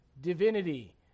divinity